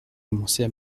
commençait